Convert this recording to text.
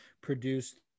produced